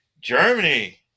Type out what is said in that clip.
Germany